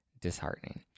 disheartening